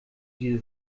diese